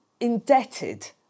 indebted